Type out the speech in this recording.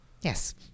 Yes